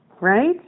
right